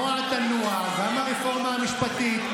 נוע ינועו גם הרפורמה המשפטית,